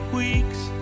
weeks